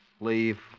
leave